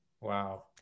Wow